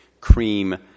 cream